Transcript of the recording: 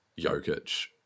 Jokic